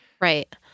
right